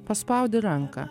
paspaudi ranką